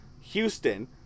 Houston